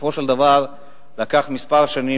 ובסופו של דבר לקח כמה שנים,